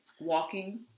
walking